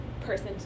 person